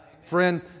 Friend